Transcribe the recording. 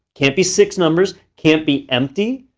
can't be six numbers. can't be empty.